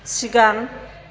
सिगां